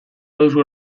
baduzu